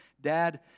dad